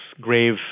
grave